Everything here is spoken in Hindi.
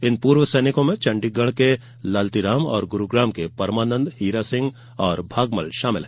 इन पूर्व सैनिकों में चंडीगढ के लालतीराम गुरूग्राम के परमानंद हीरा सिंह और भागमल हैं